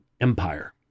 empire